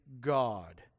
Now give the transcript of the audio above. God